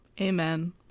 Amen